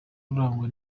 urangwa